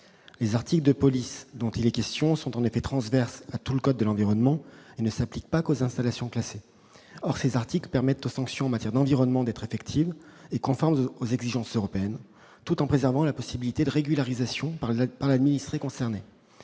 Les articles de police dont il est question sont transverses à tout le code de l'environnement et ne s'appliquent pas qu'aux installations classées Or ces articles permettent aux sanctions en matière d'environnement d'être effectives et conformes aux exigences européennes tout en préservant la possibilité de régularisation par l'administré concerné.